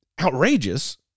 outrageous